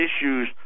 issues